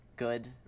good